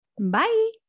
Bye